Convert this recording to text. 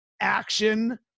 action